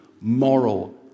moral